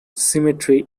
cemetery